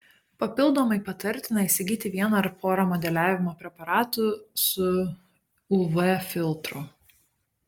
papildomai patartina įsigyti vieną ar porą modeliavimo preparatų su uv filtru